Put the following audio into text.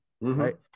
Right